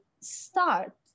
start